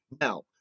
Now